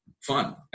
fun